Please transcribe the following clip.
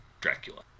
Dracula